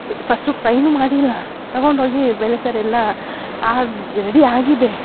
first ಫ್ರೈನು ಮಾಡಿಲ್ಲ ತಗೊಂಡೋಗಿ ಬೇಳೆ ಸಾರು ಎಲ್ಲ ಆಗಿ ರೆಡಿ ಆಗಿದೆ